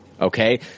Okay